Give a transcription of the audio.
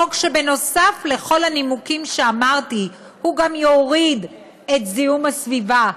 חוק שנוסף על כל הנימוקים שאמרתי הוא גם יוריד את זיהום הסביבה,